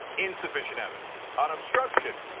insufficient evidence, on obstruction.